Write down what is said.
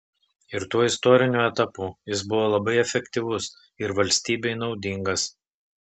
ir tuo istoriniu etapu jis buvo labai efektyvus ir valstybei naudingas